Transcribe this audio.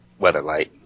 Weatherlight